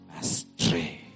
astray